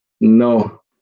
No